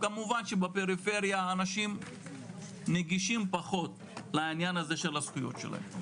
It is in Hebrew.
כמובן שבפריפריה אנשים נגישים פחות לעניין הזה של הזכויות שלהם.